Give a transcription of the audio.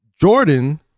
Jordan